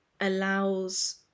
allows